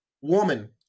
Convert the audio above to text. Woman